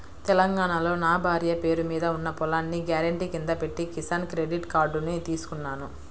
తెలంగాణాలో నా భార్య పేరు మీద ఉన్న పొలాన్ని గ్యారెంటీ కింద పెట్టి కిసాన్ క్రెడిట్ కార్డుని తీసుకున్నాను